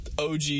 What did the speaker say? OG